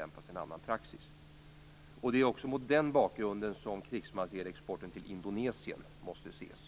verkligheten. Det är också mot den bakgrunden som krigsmaterielexporten till Indonesien måste ses.